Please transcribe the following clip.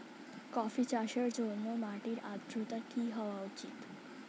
Coffee চাষের জন্য মাটির আর্দ্রতা কি হওয়া উচিৎ?